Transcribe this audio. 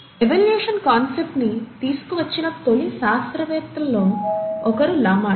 evolution concept ని తీసుకువచ్చిన తొలి శాస్త్రవేత్తలలో ఒకరు లమార్క్